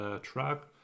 track